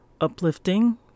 uplifting